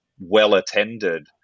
well-attended